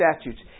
statutes